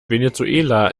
venezuela